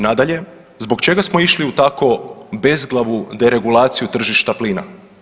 Nadalje, zbog čega smo išli u tako bezglavu deregulaciju tržišta plina.